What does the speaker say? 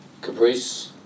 Caprice